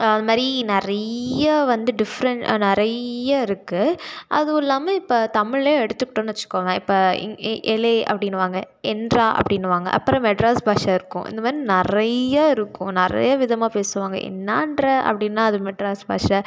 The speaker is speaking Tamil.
அது மாதிரி நிறையா வந்து டிஃப்ரெண்ட் நிறைய இருக்குது அதுவும் இல்லாமல் இப்போ தமிழில் எடுத்துக்கிட்டோன்னு வச்சிக்கோங்க இப்போ இ இ எலே அப்படின்னுவாங்க என்றா அப்படின்னுவாங்க அப்புறம் மெட்ராஸ் பாஷை இருக்கும் இந்த மாதிரி நிறையா இருக்கும் நிறையா விதமாக பேசுவாங்க என்னான்ற அப்படின்னா அது மெட்ராஸ் பாஷை